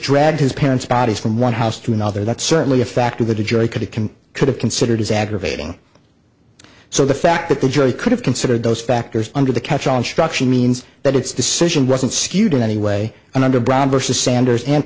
his parents bodies from one house to another that's certainly a factor that a jury could could have considered as aggravating so the fact that the jury could have considered those factors under the catchall instruction means that its decision wasn't skewed in any way under brown versus sanders and